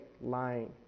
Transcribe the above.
lying